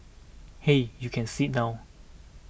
hey you can sit down